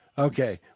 Okay